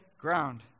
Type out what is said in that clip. ground